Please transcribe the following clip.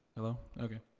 hello? okay.